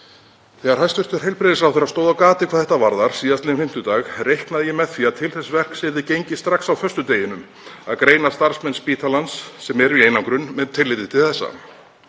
Þegar hæstv. heilbrigðisráðherra stóð á gati hvað þetta varðar síðastliðinn fimmtudag reiknaði ég með að til þess verks yrði gengið strax á föstudeginum að greina starfsmenn spítalans, sem eru í einangrun, með tilliti til þessa.